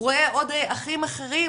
הוא רואה עוד אחים אחרים,